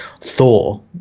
thor